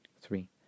three